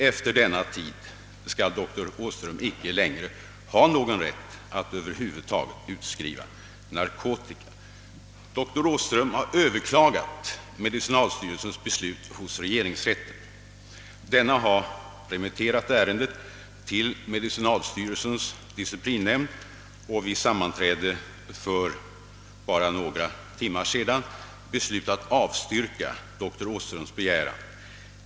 Efter denna tid skall doktor Åhström icke längre ha någon rätt att över huvud taget utskriva narkotika. Doktor Åhström har överklagat medicinalstyrelsens beslut hos regeringsrätten. Denna har remitterat ärendet till medicinalstyrelsens disciplinnämnd, som vid sammanträde för bara några timmar sedan beslutat avstyrka doktor Åhströms begäran.